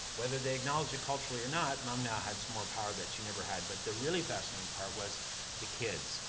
whether they acknowledged it culturally or not, mom now had some more power that she never had. but the really fascinating part was the kids.